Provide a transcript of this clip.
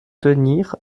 tenir